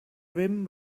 rim